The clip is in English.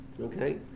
Okay